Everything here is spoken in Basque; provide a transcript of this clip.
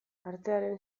artearen